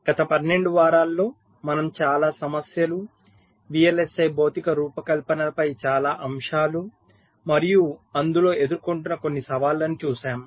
గత 12 వారాలలో మనము చాలా సమస్యలు VLSI భౌతిక రూపకల్పనపై చాలా అంశాలు మరియు అందులో ఎదుర్కొంటున్న కొన్ని సవాళ్లను చూశాము